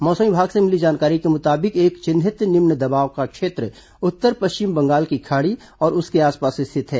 मौसम विभाग से मिली जानकारी के मुताबिक एक चिन्हित निम्न दबाव का क्षेत्र उत्तर पश्चिम बंगाल की खाड़ी और उसके आसपास स्थित है